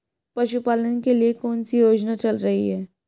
पशुपालन के लिए कौन सी योजना चल रही है?